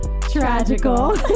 tragical